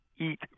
eat